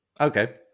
Okay